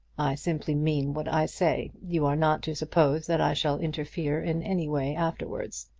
simply mean what i say. you are not to suppose that i shall interfere in any way afterwards.